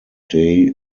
day